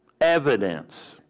evidence